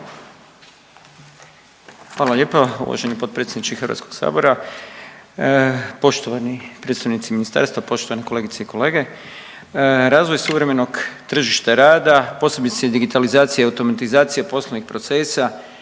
Hvala lijepa uvaženi potpredsjedniče Hrvatskog sabora, poštovani predstavnici ministarstva, poštovane kolegice i kolege. Razvoj suvremenog tržišta rada posebice digitalizacija i automatizacija poslovnih procesa,